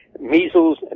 Measles